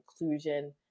inclusion